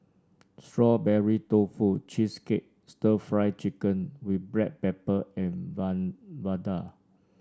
Strawberry Tofu Cheesecake stir Fry Chicken with Black Pepper and vadai